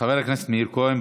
חבר הכנסת מאיר כהן,